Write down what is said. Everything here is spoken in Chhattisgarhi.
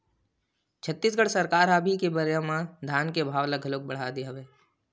छत्तीसगढ़ सरकार ह अभी के बेरा म धान के भाव ल घलोक बड़हा दे हवय